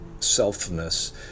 selfness